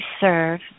serve